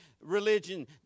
religion